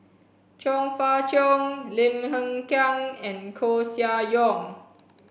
Chong Fah Cheong Lim Hng Kiang and Koeh Sia Yong